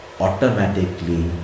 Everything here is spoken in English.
automatically